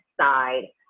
side